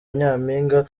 nyampinga